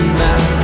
now